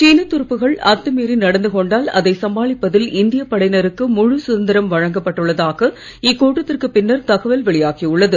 சீனத் துருப்புகள் அத்துமீறி நடந்து கொண்டால் அதை சமாளிப்பதில் இந்தியப் படையினருக்கு முழு சுதந்திரம் வழங்க பட்டுள்ளதாக இக்கூட்டத்திற்கு பின்னர் தகவல் வெளியாகி உள்ளது